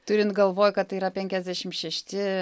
turint galvoj kad tai yra penkiasdešim šešti